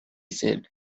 said